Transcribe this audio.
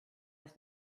with